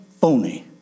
phony